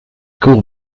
courts